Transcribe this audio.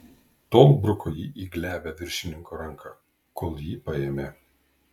tol bruko jį į glebią viršininko ranką kol jį paėmė